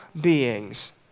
beings